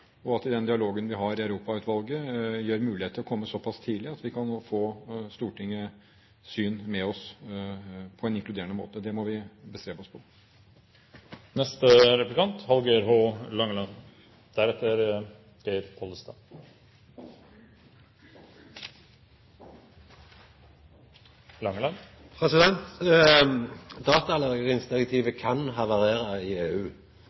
på, og at den dialogen vi har i Europautvalget, gir mulighet til å komme såpass tidlig at vi kan få Stortingets syn med oss på en inkluderende måte. Det må vi bestrebe oss på. Datalagringsdirektivet kan havarera i EU.